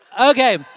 Okay